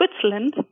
Switzerland